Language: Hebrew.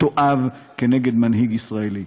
מתועב כנגד מנהיג ישראלי.